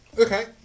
Okay